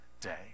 day